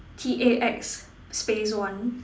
T A X space one